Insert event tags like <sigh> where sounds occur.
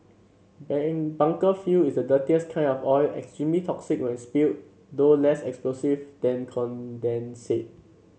<unintelligible> bunker fuel is the dirtiest kind of oil extremely toxic when spilled though less explosive than condensate